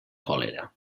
còlera